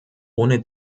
ohne